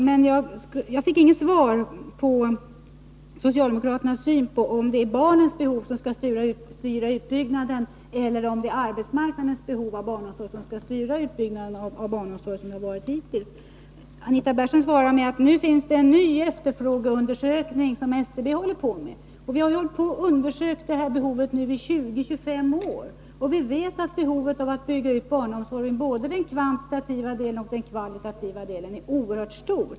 Herr talman! Jag fick inget svar på frågan om socialdemokraternas syn på om det är barnens behov eller arbetsmarknadens behov av barnomsorg som skall styra utbyggnaden. Anita Persson svarar att SCB håller på med en ny behovsundersökning. Vi har undersökt behovet i 20 eller 25 år, och vi vet att behovet att bygga ut barnomsorgen både kvantitativt och kvalitativt är oerhört stort.